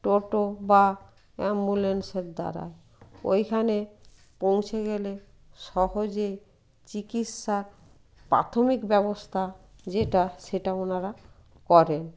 টোটো বা অ্যাম্বুলেন্সের দ্বারা ওইখানে পৌঁছে গেলে সহজে চিকিৎসা পাথমিক ব্যবস্তা যেটা সেটা ওনারা করেন